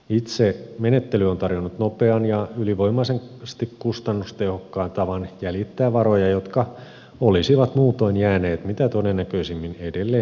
itse menettely on tarjonnut nopean ja ylivoimaisen kustannustehokkaan tavan jäljittää varoja jotka olisivat muutoin jääneet mitä todennäköisimmin edelleen piiloon